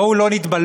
בואו לא נתבלבל,